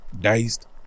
diced